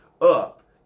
up